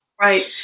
right